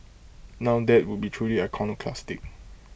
now that would be truly iconoclastic